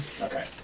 Okay